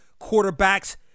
quarterbacks